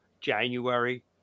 January